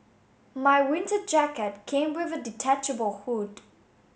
my winter jacket came with a detachable hood